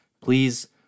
please